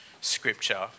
Scripture